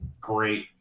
great